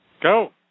Go